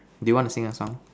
do you want to sing a song